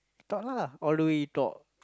talk lah all the way talk